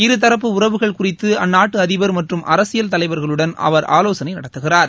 இருதரப்பு உறவுகள் குறித்து அந்நாட்டு அதிபர் மற்றும் அரசியல் தலைவர்களுடன் அவர் ஆவோசனை நடத்துகிறார்